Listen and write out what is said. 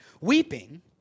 weeping